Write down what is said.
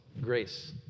grace